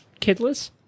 Kidless